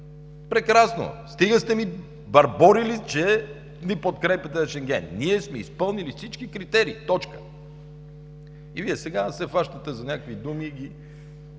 Шенген. Стига сте ми бърборили, че ни подкрепяте за Шенген. Ние сме изпълнили всички критерии.“ Точка. И Вие сега се хващате за някакви думи и ги